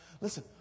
listen